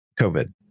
COVID